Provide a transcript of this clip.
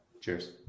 cheers